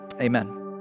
amen